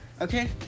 Okay